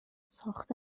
ساخت